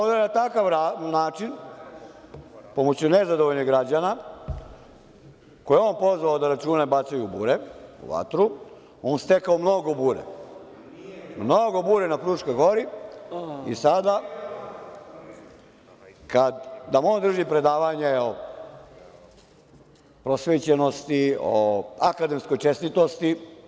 Na takav način, pomoću nezadovoljnih građana, koje je on pozvao da on račune bacaju u bure, u vatru, on stekao mnogo bure, mnogo bure na Fruškoj gori i sada nam on drži predavanje o posvećenosti, o akademskoj čestitosti.